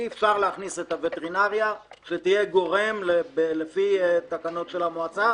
אי-אפשר להכניס את הווטרינריה שתהיה גורם לפי תקנות של המועצה,